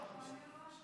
ב-2023.